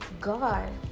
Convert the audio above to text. God